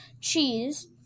cheese